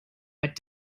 but